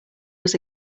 was